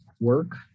Work